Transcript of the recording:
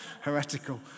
Heretical